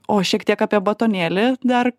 o šiek tiek apie batonėlį dar